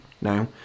now